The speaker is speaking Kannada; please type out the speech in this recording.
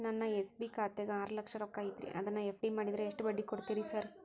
ನನ್ನ ಎಸ್.ಬಿ ಖಾತ್ಯಾಗ ಆರು ಲಕ್ಷ ರೊಕ್ಕ ಐತ್ರಿ ಅದನ್ನ ಎಫ್.ಡಿ ಮಾಡಿದ್ರ ಎಷ್ಟ ಬಡ್ಡಿ ಕೊಡ್ತೇರಿ ಸರ್?